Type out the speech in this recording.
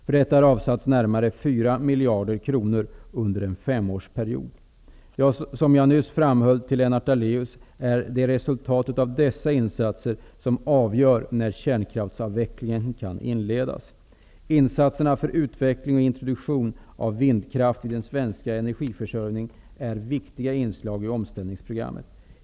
För detta har avsatts närmare 4 miljarder kronor under en femårsperiod. Som jag nyss framhöll till Lennart Daléus är det resultatet av dessa insatser som avgör när kärnkraftsavvecklingen kan inledas. Insatserna för utveckling och introduktion av vindkraft i den svenska energiförsöjningen är viktiga inslag i omställningsprogrammet.